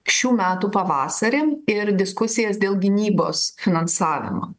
šių metų pavasarį ir diskusijas dėl gynybos finansavimo